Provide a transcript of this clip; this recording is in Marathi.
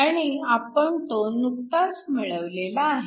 आणि आपण तो नुकताच मिळवलेला आहे